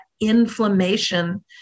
inflammation